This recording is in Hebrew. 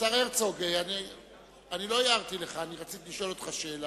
אני לא הערתי לך, רציתי לשאול אותך שאלה: